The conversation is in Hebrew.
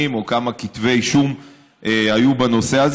או כמה כתבי אישום היו בנושא הזה.